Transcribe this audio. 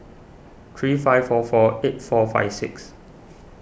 three five four four eight four five six